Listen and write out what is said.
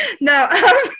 No